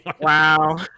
Wow